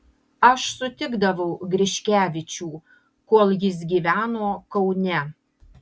aš sutikdavau griškevičių kol jis gyveno kaune